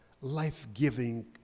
life-giving